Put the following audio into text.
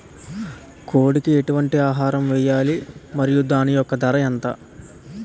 కోడి కి ఎటువంటి ఆహారం వేయాలి? మరియు దాని యెక్క ధర ఎంత?